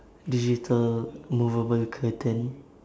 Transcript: digital movable curtain